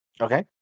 Okay